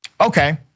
Okay